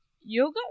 yoga